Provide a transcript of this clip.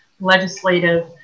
legislative